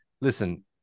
listen